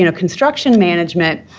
you know construction management.